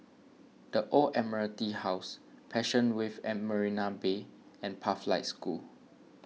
the Old Admiralty House Passion Wave at Marina Bay and Pathlight School